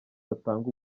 batanga